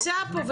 הוא נמצא פה,